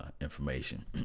information